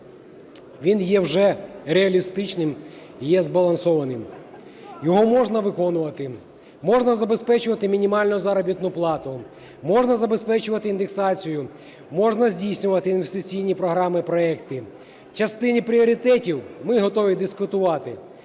він є вже реалістичним і є збалансованим, його можна виконувати. Можна забезпечувати мінімальну заробітну плату, можна забезпечувати індексацію, можна здійснювати інвестиційні програми і проекти. В частині пріоритетів ми готові дискутувати.